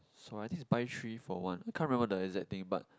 so I think it's buy three for one can't remember the exact thing but